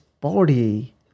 body